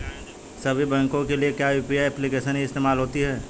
सभी बैंकों के लिए क्या यू.पी.आई एप्लिकेशन ही इस्तेमाल होती है?